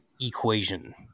equation